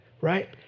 right